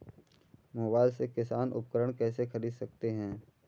Mobile से किसान उपकरण कैसे ख़रीद सकते है?